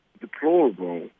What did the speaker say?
deplorable